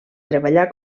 treballar